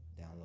Download